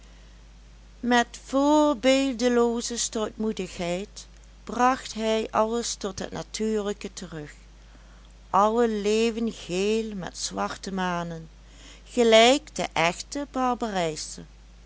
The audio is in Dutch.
met voorbeeldelooze stoutmoedigheid bracht hij alles tot het natuurlijke terug alle leeuwen geel met zwarte manen gelijk de echte